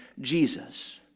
Jesus